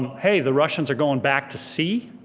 hey, the russians are going back to sea.